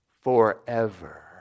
Forever